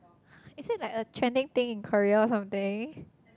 is it like a trending thing in Korea or something